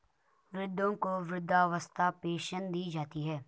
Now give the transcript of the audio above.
वृद्धों को वृद्धावस्था पेंशन दी जाती है